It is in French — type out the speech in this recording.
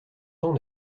tant